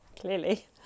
Clearly